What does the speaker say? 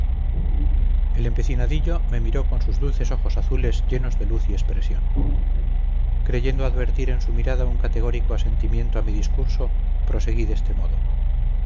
el empecinadillo me miró con sus dulces ojos azules llenos de luz y expresión creyendo advertir en su mirada un categórico asentimiento a mi discurso proseguí de este modo